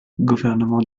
gouvernement